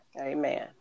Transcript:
Amen